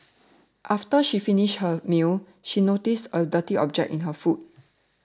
after she finished her meal she noticed a dirty object in her food